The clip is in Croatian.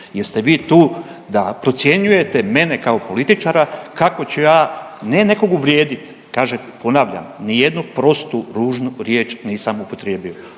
Jeste vi tu da procjenjujete mene kao političara kako ću ja, ne nekog uvrijediti, kažem, ponavljam, nijednu prostu ružnu riječ nisam upotrijebio.